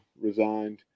resigned